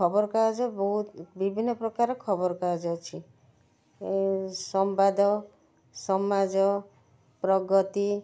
ଖବର କାଗଜ ବହୁତ ବିଭିନ୍ନ ପ୍ରକାର ଖବର କାଗଜ ଅଛି ସମ୍ବାଦ ସମାଜ ପ୍ରଗତି